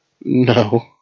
No